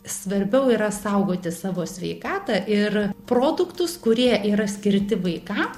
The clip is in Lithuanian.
svarbiau yra saugoti savo sveikatą ir produktus kurie yra skirti vaikam